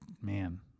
Man